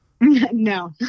No